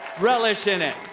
relish in it.